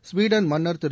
Sweden மன்னர் திரு